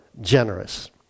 generous